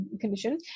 condition